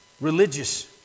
religious